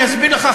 אני אסביר לך,